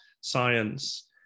science